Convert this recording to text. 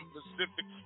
Pacific